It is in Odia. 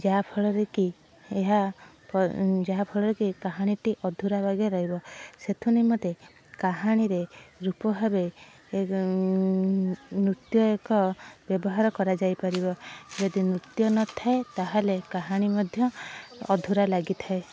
ଯାହା ଫଳରେ କି ଏହା ଫ ଯାହା ଫଳରେ କି କାହାଣୀଟି ଅଧୁରା ବାଗିଆ ରହିବ ସେଥି ନିମନ୍ତେ କାହାଣୀରେ ରୂପ ଭାବେ ନୃତ୍ୟ ଏକ ବ୍ୟବହାର କରାଯାଇ ପାରିବ ଯଦି ନୃତ୍ୟ ନଥାଏ ତାହେଲେ କାହାଣୀ ମଧ୍ୟ ଅଧୁରା ଲାଗିଥାଏ